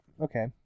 okay